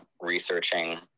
researching